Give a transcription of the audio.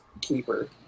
Keeper